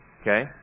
Okay